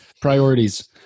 Priorities